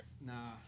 Nah